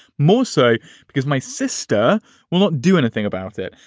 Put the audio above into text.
more so because my sister will not do anything about it.